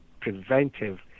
preventive